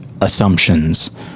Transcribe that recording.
assumptions